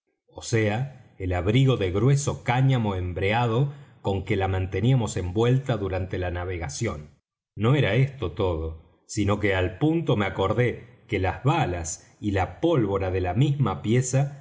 ó sea el abrigo de grueso cáñamo embreado con que la manteníamos envuelta durante la navegación no era esto todo sino que al punto me acordé que las balas y la pólvora de la misma pieza